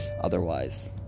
Otherwise